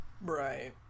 Right